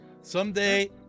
Someday